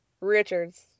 Richard's